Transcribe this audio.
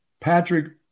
Patrick